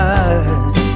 eyes